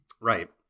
Right